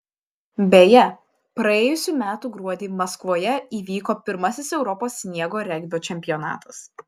beje praėjusių metų gruodį maskvoje įvyko pirmasis europos sniego regbio čempionatas